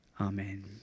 Amen